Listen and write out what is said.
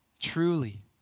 truly